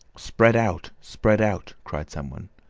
spread out! spread out! cried some one.